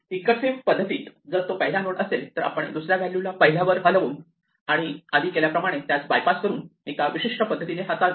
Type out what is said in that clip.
recursively पद्धतीत जर तो पहिला नोड असेल तर आपण दुसऱ्या व्हॅल्यूला पहिल्यावर हलवून आणि आधी केल्याप्रमाणे त्यास बायपास करून एका विशिष्ट पद्धतीने हाताळतो